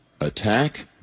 attack